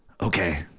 Okay